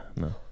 no